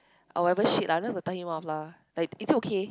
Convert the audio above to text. or whatever shit lah just to tell him off lah like is it okay